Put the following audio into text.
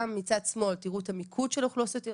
גם מצד שמאל, תראו את המיקוד של אוכלוסיות הסיכון,